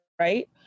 right